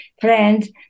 friends